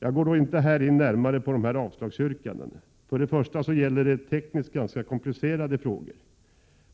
Jag går dock inte här närmare in på dessa avslagsyrkanden. För det första gäller det tekniskt ganska komplicerade frågor.